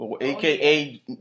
Aka